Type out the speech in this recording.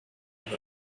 with